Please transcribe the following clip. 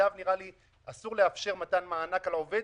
בלעדיו נראה לי אסור לאפשר מתן מענק על העובד